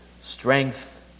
strength